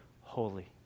holy